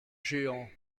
géant